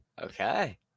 Okay